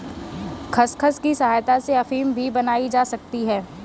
खसखस की सहायता से अफीम भी बनाई जा सकती है